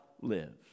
live